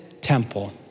temple